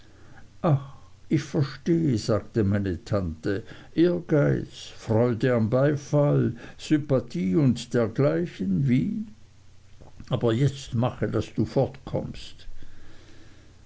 ich verstehe sagte meine tante ehrgeiz freude an beifall sympathie und dergleichen wie aber jetzt mache daß du